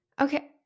Okay